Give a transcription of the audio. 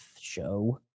show